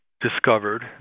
discovered